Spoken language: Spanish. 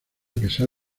pesar